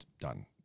done